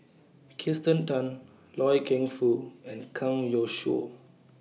Kirsten Tan Loy Keng Foo and Kang Youshuo